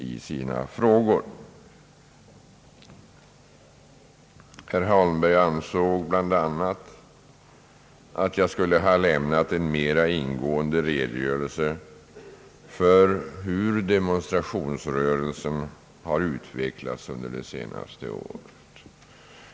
Herr Holmberg ansåg bland annat att jag skulle ha lämnat en mera ingående redogörelse för hur demonstrationsrörelsen har utvecklats under de senaste åren.